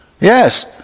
Yes